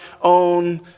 own